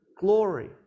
glory